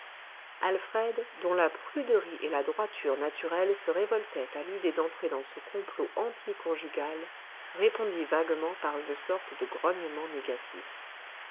alfred dont la pruderie et la droiture naturelle se révoltaient à l'idée d'entrer dans ce complot anticonjugal répondit vaguement par une sorte de grognement négatif